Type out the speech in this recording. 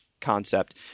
concept